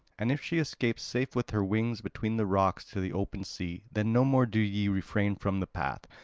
and if she escapes safe with her wings between the rocks to the open sea, then no more do ye refrain from the path,